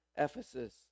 Ephesus